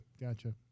Gotcha